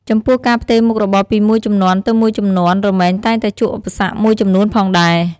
ចំពោះការផ្ទេរមុខរបរពីមួយជំនាន់ទៅមួយជំនាន់រមែងតែងតែជួបឧបសគ្គមួយចំនួនផងដែរ។